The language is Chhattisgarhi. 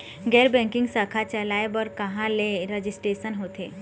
गैर बैंकिंग शाखा चलाए बर कहां ले रजिस्ट्रेशन होथे?